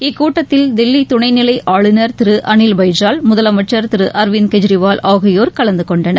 இக்கூட்டத்தில் தில்லி துணை நிலை ஆளுநர் திரு அனில் பைஜால் முதலமைச்சர் திரு அர்விந்த் கெஜ்ரிவால் ஆகியோர் கலந்துகொண்டனர்